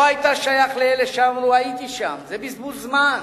לא היית שייך לאלה שאמרו: הייתי שם, זה בזבוז זמן.